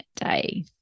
day